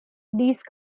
these